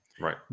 Right